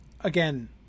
again